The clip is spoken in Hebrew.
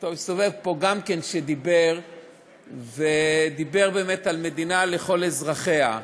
הוא הסתובב פה ודיבר על מדינה לכל אזרחיה.